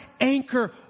anchor